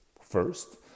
first